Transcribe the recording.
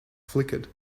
flickered